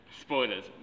Spoilers